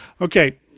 Okay